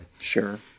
sure